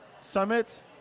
Summit